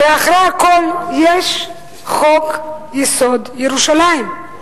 הרי אחרי הכול יש חוק-יסוד: ירושלים.